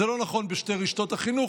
זה לא נכון בשתי רשתות החינוך,